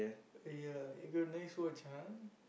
!aiya! you got nice watch !huh!